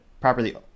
properly